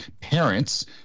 parents